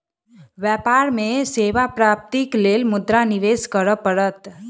व्यापार में सेवा प्राप्तिक लेल मुद्रा निवेश करअ पड़त